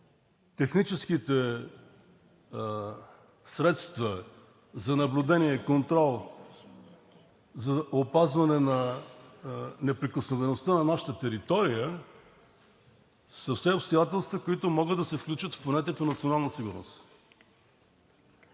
техническите средства за наблюдение и контрол, за опазване на неприкосновеността на нашата територия, са все обстоятелства, които могат да се включат в понятието „национална сигурност“.